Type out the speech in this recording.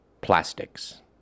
Plastics